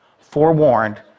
forewarned